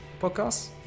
podcast